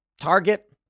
Target